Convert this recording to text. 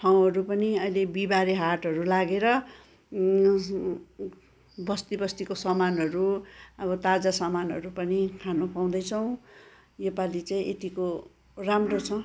ठाउँहरू पनि अहिले बिहिबारे हाटहरू लागेर बस्ती बस्तीको सामानहरू अब ताजा सामानहरू पनि खानु पाउँदैछौँ योपाली चाहिँ यतिको राम्रो छ